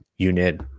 unit